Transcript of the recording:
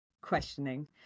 questioning